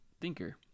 thinker